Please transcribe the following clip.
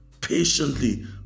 patiently